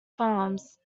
farms